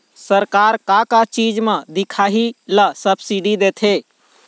सरकार का का चीज म दिखाही ला सब्सिडी देथे?